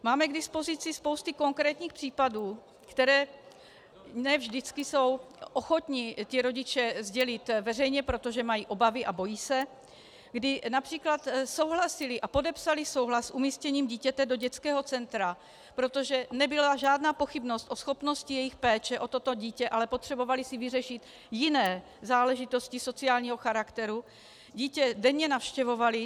Máme k dispozici spousty konkrétních případů, které ne vždycky jsou ochotni rodiče sdělit veřejně, protože mají obavy a bojí se, kdy např. souhlasili a podepsali souhlas s umístěním dítěte do dětského centra, protože nebyla žádná pochybnost o schopnosti jejich péče o toto dítě, ale potřebovali si vyřešit jiné záležitosti sociálního charakteru, dítě denně navštěvovali.